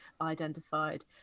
identified